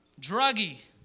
druggy